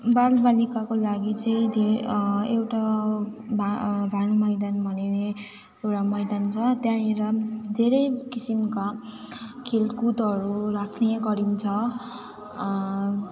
बालबालिकाको लागि चाहिँ धेरै एउटा अब भा भानु मैदान भनिने एउटा मैदान छ त्यहाँनिर धेरै किसिमका खेलकुदहरू राख्ने गरिन्छ